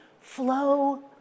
flow